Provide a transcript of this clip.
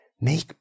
make